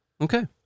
Okay